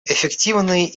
эффективный